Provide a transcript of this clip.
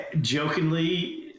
Jokingly